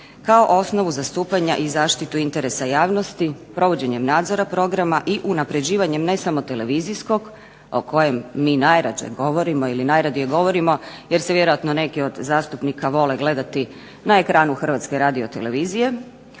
kao osnovu zastupanja i zaštitu interesa javnosti provođenjem nadzora programa i unapređivanjem ne samo televizijskog o kojem mi najrađe govorimo ili najradije govorimo, jer se vjerojatno neki od zastupnika vole gledati na ekranu HRT-a koji uzgred